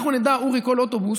אורי, אנחנו נדע על כל אוטובוס